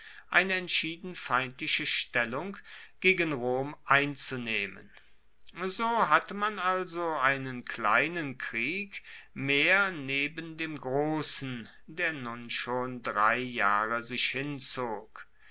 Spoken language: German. eine entschieden feindliche stellung gegen rom einzunehmen so hatte man also einen kleinen krieg mehr neben dem grossen der nun schon drei jahre sich hinzog